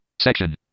Section